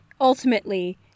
ultimately